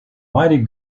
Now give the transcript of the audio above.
mighty